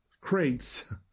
crates